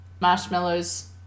Marshmallows